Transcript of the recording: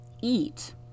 eat